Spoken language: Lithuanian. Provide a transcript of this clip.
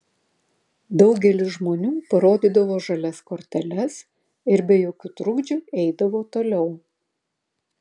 daugelis žmonių parodydavo žalias korteles ir be jokių trukdžių eidavo toliau